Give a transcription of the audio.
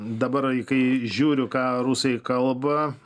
dabar kai žiūriu ką rusai kalba